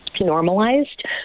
normalized